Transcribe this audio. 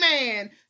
man